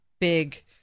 big